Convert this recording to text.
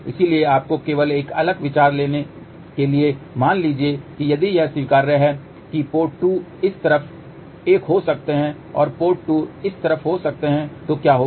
इसलिए आपको केवल एक अलग विचार देने के लिए मान लीजिए कि यदि यह स्वीकार्य है कि 2 पोर्ट इस तरफ एक हो सकते हैं और 2 पोर्ट इस तरफ हो सकते हैं तो क्या होगा